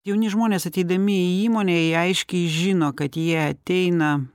jauni žmonės ateidami įnmonę jie aiškiai žino kad jie ateina